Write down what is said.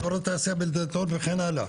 אזור התעשייה בדלתון וכן הלאה.